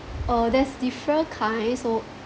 uh there's different kind so